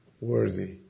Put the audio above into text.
worthy